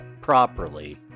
properly